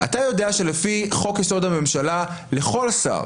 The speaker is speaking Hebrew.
אתה יודע שלפי חוק-יסוד: הממשלה לכל שר